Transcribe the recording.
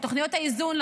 במענקי האיזון,